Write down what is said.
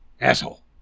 Asshole